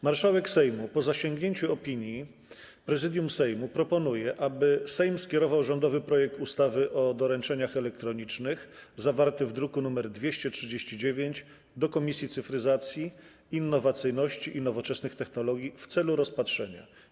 Marszałek Sejmu, po zasięgnięciu opinii Prezydium Sejmu, proponuje, aby Sejm skierował rządowy projekt ustawy o doręczeniach elektronicznych, zawarty w druku nr 239, do Komisji Cyfryzacji, Innowacyjności i Nowoczesnych Technologii w celu rozpatrzenia.